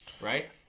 Right